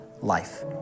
life